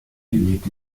lebt